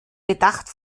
bedacht